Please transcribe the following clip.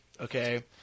okay